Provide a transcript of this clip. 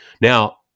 Now